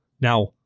Now